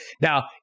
Now